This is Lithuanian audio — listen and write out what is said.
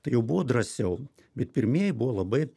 tai jau buvo drąsiau bet pirmieji buvo labai